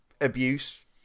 abuse